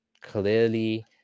clearly